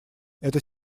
это